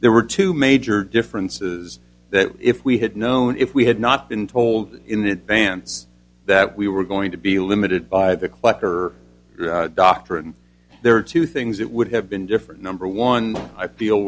there were two major differences that if we had known if we had not been told in advance that we were going to be limited by the clutter doctor and there are two things it would have been different number one i